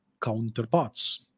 counterparts